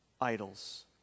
idols